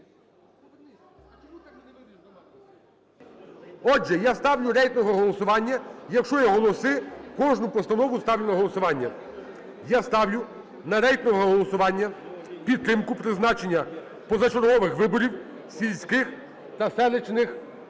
Отже, я ставлю рейтингове голосування. Якщо є голоси, кожну постанову ставлю на голосування. Я ставлю на рейтингове голосування підтримку призначення позачергових виборів сільських та селищних